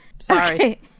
Sorry